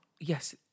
Yes